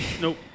Nope